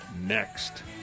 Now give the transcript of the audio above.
next